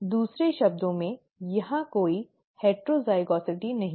दूसरे शब्दों में यहाँ कोई विषमता नहीं है